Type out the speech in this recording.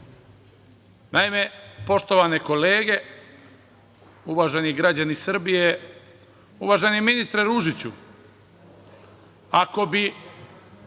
Srbije. Naime, poštovane kolege, uvaženi građani Srbije, uvaženi ministre Ružiću, ako bi